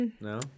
No